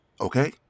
Okay